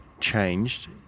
changed